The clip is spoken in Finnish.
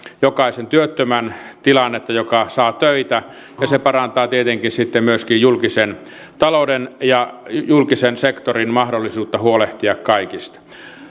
jokaisen työttömän tilannetta joka saa töitä ja se parantaa tietenkin sitten myöskin julkisen talouden ja julkisen sektorin mahdollisuutta huolehtia kaikista